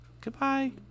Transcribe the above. goodbye